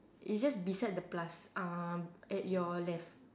is just beside the plus um at your left